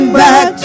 back